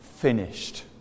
finished